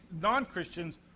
non-Christians